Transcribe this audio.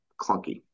clunky